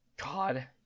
God